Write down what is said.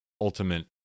ultimate